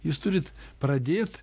jūs turit pradėt